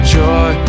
joy